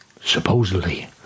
supposedly